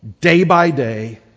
day-by-day